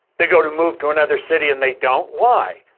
they go to move to another city and they don't. why?